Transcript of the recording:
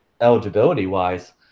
eligibility-wise